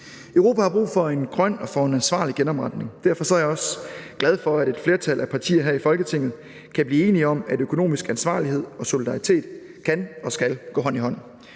Europa har brug for en grøn og ansvarlig genopretning. Derfor er jeg også glad for, at et flertal af partier her i Folketinget kan blive enige om, at økonomisk ansvarlighed og solidaritet kan og skal gå hånd i hånd.